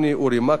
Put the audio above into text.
אורי מקלב,